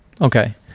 okay